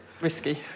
risky